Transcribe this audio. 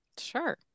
Sure